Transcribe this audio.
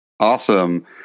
Awesome